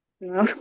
no